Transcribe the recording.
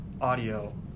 audio